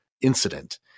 incident